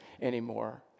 anymore